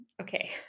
Okay